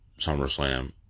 SummerSlam